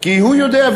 כי הוא יודע,